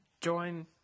join